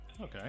Okay